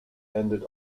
ended